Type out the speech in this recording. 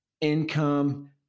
income